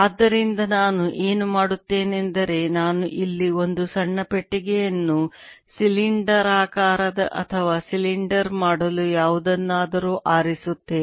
ಆದ್ದರಿಂದ ನಾನು ಏನು ಮಾಡುತ್ತೇನೆಂದರೆ ನಾನು ಇಲ್ಲಿ ಒಂದು ಸಣ್ಣ ಪೆಟ್ಟಿಗೆಯನ್ನು ಸಿಲಿಂಡರಾಕಾರದ ಅಥವಾ ಸಿಲಿಂಡರ್ ಮಾಡಲು ಯಾವುದನ್ನಾದರೂ ಆರಿಸುತ್ತೇನೆ